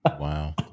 Wow